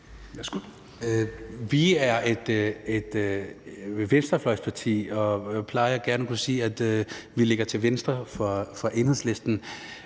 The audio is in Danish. Vi er et venstrefløjsparti, og vi plejer gerne at sige, at vi ligger til venstre for Enhedslisten.